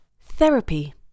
Therapy